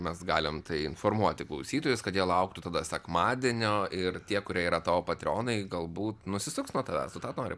mes galim tai informuoti klausytojus kad jie lauktų tada sekmadienio ir tie kurie yra tavo patrionai galbūt nusisuks nuo tavęs tu tą nori